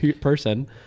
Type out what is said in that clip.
person